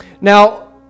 Now